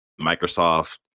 Microsoft